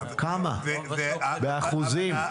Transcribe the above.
כמה באחוזים?